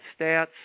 Stats